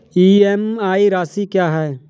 EMI राशि क्या है?